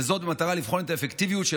וזאת במטרה לבחון את האפקטיביות של